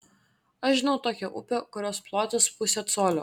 aš žinau tokią upę kurios plotis pusė colio